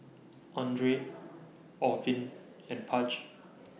Andrae Orvin and Page